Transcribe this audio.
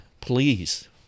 please